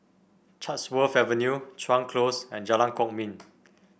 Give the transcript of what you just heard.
Chatsworth Avenue Chuan Close and Jalan Kwok Min